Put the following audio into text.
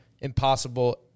impossible